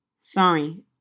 Sorry